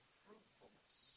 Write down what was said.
fruitfulness